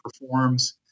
performs